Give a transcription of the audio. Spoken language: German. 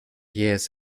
jähes